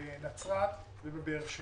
בנצרת ובבאר שבע.